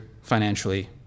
financially